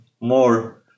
more